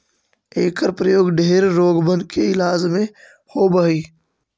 एकर प्रयोग ढेर रोगबन के इलाज में होब हई